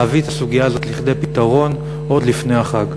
ולהביא את הסוגיה הזאת לידי פתרון עוד לפני החג.